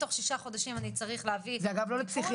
תוך שישה חודשים אני צריך להביא טיפול' --- זה אגב לא לפסיכיאטרים,